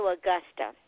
Augusta